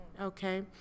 okay